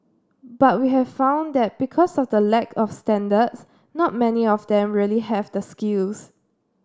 but we have found that because of the lack of standards not many of them really have the skills